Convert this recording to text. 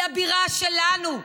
היא הבירה שלנו,